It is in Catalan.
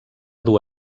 dur